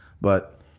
but-